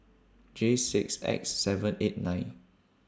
J six X seven eight nine